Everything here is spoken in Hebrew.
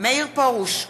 מאיר פרוש,